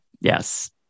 Yes